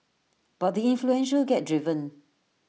but the influential get driven